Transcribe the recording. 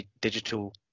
digital